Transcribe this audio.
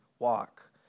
walk